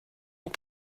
ont